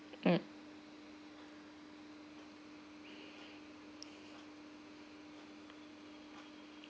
mm